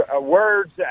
Words